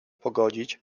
pogodzić